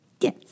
Yes